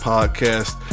Podcast